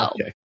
Okay